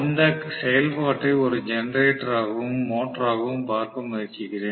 இந்த செயல்பாட்டை ஒரு ஜெனரேட்டராகவும் மோட்டராகவும் பார்க்க முயற்சிக்கிறேன்